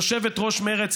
יושבת-ראש מרצ,